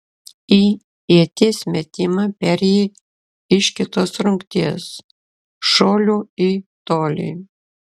į ieties metimą perėjai iš kitos rungties šuolių į tolį